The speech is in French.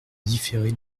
différer